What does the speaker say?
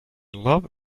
love